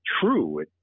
true